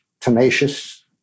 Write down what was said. tenacious